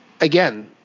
again